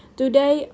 today